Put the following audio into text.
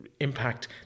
impact